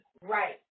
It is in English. Right